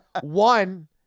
One